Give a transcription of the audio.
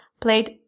played